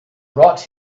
brought